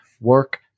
work